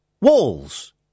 walls